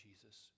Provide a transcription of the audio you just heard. Jesus